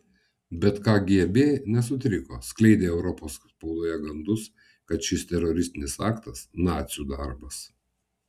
bet kgb nesutriko skleidė europos spaudoje gandus kad šis teroristinis aktas nacių darbas